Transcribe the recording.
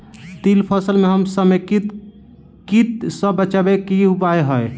तिल फसल म समेकित कीट सँ बचाबै केँ की उपाय हय?